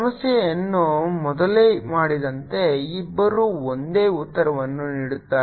ಸಮಸ್ಯೆಯನ್ನು ಮೊದಲೇ ಮಾಡಿದಂತೆ ಇಬ್ಬರೂ ಒಂದೇ ಉತ್ತರವನ್ನು ನೀಡುತ್ತಾರೆ